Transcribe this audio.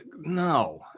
no